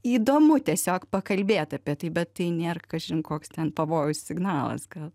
įdomu tiesiog pakalbėt apie tai bet tai nėr kažin koks ten pavojaus signalas gal